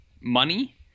money